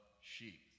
sheep